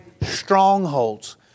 strongholds